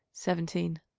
seventeen.